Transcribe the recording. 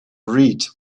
read